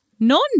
None